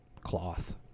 cloth